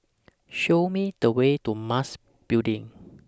Show Me The Way to Mas Building